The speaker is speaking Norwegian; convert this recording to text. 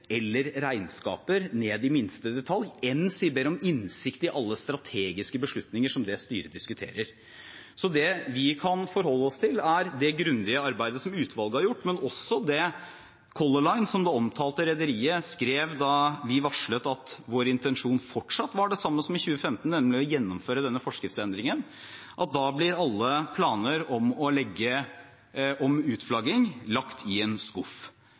eller regnskaper ned i minste detalj, enn si ber om innsikt i alle strategiske beslutninger som styrene diskuterer. Det vi kan forholde oss til, er det grundige arbeidet som utvalget har gjort, men også det Color Line, det omtalte rederiet, skrev da vi varslet at vår intensjon fortsatt var den samme som i 2015, nemlig å gjennomføre denne forskriftsendringen: at da blir alle planer om utflagging lagt i en skuff